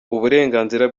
uburenganzira